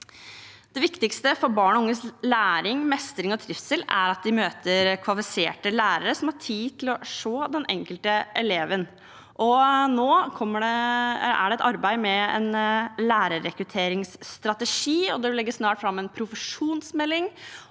Det viktigste for barn og unges læring, mestring og trivsel er at de møter kvalifiserte lærere som har tid til å se den enkelte eleven. Nå er det et arbeid med en lærerrekrutteringsstrategi, det vil snart legges fram en profesjonsmelding,